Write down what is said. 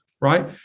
right